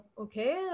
okay